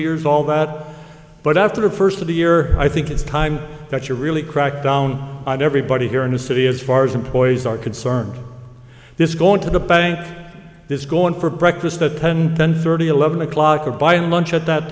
years all that but after the first of the year i think it's time that you really crack down on everybody here in the city as far as employees are concerned this is going to the bank this going for breakfast at ten ten thirty eleven o'clock or buying lunch at that